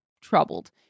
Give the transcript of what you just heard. troubled